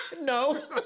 no